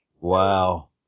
Wow